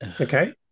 Okay